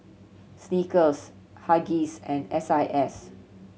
Snickers Huggies and S I S